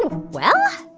ah well,